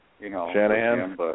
Shanahan